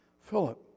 Philip